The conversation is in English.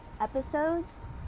episodes